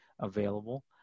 available